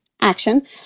action